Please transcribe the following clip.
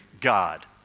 God